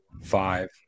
five